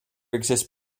exist